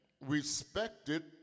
respected